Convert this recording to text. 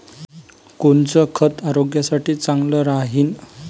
कोनचं खत आरोग्यासाठी चांगलं राहीन?